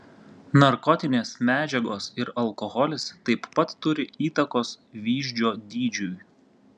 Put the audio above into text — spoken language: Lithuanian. narkotinės medžiagos ir alkoholis taip pat turi įtakos vyzdžio dydžiui